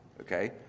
okay